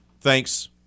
Thanks